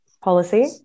policy